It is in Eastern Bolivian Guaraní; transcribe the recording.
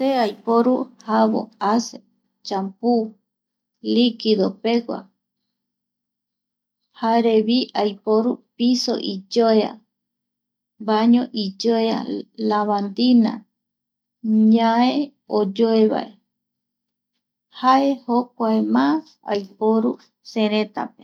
Se aiporu javo, ace champu liquido pegua jarevi aiporu pisoiyoea, baño va lavandina, ñae oyoevae jae jokua má aiporu seretape (pausa)